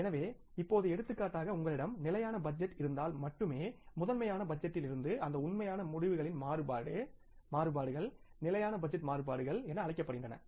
எனவே இப்போது எடுத்துக்காட்டாக உங்களிடம் ஸ்டாடிக் பட்ஜெட் இருந்தால் மட்டுமேமுதன்மையான பட்ஜெட்டில் இருந்து அந்த உண்மையான முடிவுகளின் மாறுபாடு கணக்கிடமுடியும் இந்த மாறுபாடுகள் ஸ்டாடிக் பட்ஜெட் மாறுபாடுகள் என அழைக்கப்படுகின்றன